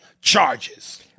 charges